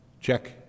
check